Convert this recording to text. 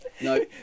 No